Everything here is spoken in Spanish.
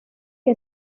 que